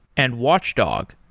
and watchdog,